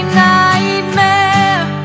nightmare